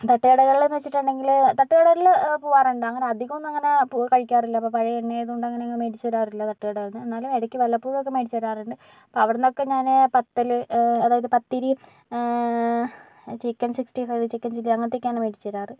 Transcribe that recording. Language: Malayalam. തട്ടുകടകള്ന്ന് വെച്ചിട്ടുണ്ടെങ്കിൽ തട്ടുകടകളിൽ പോവാറുണ്ട് അങ്ങനെ അധികം ഒന്നും അങ്ങനെ പോ കഴിക്കാറില്ല പഴയ എണ്ണ ആയതുകൊണ്ട് അങ്ങനെ മേടിച്ചു തരാറില്ല തട്ടുകടകളിൽ നിന്ന് എന്നാലും വല്ലപ്പോഴും ഇടക്കൊക്കെ മേടിച്ച് തരാറുണ്ട് അപ്പ അവിടുന്നൊക്കെ ഞാൻ പത്തല് അതായത് പത്തിരീം chicken sixty five chicken chilli അങ്ങനത്തെയൊക്കെയാണ് മേടിച്ച് തരാറ്